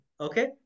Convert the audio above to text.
Okay